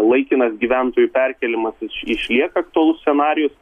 laikinas gyventojų perkėlimas išlieka aktualus scenarijus